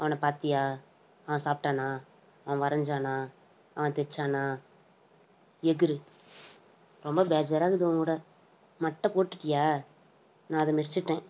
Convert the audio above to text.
அவனப் பார்த்தியா அவன் சாப்பிட்டானா அவன் வரஞ்சானா அவன் தச்சானா எகிறு ரொம்ப பேஜார இருக்குது உங்ககூட மட்டை போட்டுவிட்டியா நான் அதை மெர்சுவிட்டேன்